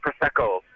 Prosecco